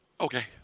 Okay